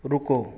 रुको